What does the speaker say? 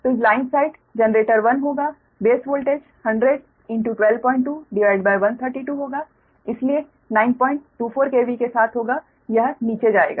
तो line side generator 1 होगा base voltage 100122 132 होगा इसलिए 924 KV के साथ होगा यह नीचे जाएगा